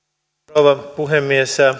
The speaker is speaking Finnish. rouva puhemies